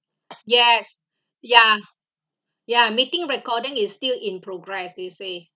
yes ya ya meeting recording is still in progress they say